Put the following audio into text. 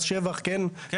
מס שבח כן מנכים --- כן,